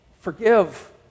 Forgive